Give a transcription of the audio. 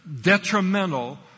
detrimental